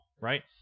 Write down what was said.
right